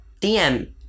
DM